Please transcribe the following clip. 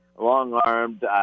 long-armed